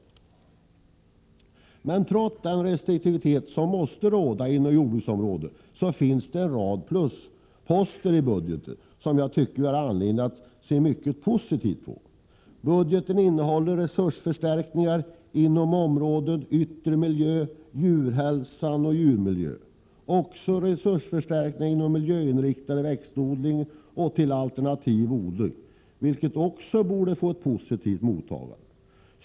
15 Trots den restriktivitet som måste råda inom jordbrukets område, finns det i budgeten en rad plusposter, som jag tycker vi har anledning att se mycket positivt på. Budgeten innehåller resursförstärkningar inom områdena yttre miljö, djurhälsa och djurmiljö, miljöinriktad växtodling och alternativ odling, vilket också borde få ett positivt mottagande.